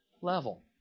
level